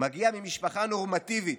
מגיע ממשפחה נורמטיבית"